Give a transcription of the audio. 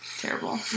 terrible